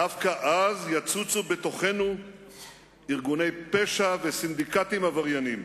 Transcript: דווקא אז יצוצו בתוכנו ארגוני פשע וסינדיקטים עברייניים